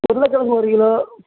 உருளக்கிழங்கு ஒரு கிலோ